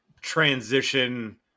transition